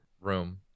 room